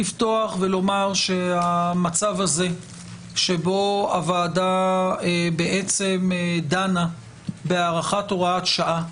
לפתוח ולומר שהמצב הזה שבו הוועדה דנה בהארכת הוראת שעה,